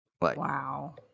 Wow